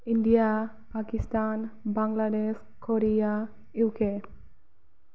India Pakistan Bangladesh Korea UK